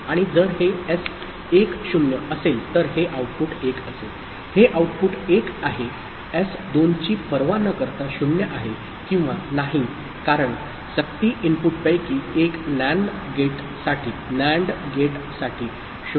आणि जर एस 1 0 असेल तर हे आउटपुट 1 असेल हे आउटपुट 1 आहे एस 2 ची पर्वा न करता 0 आहे किंवा नाही कारण सक्ती इनपुटपैकी एक NAND गेटसाठी 0 झाले आहे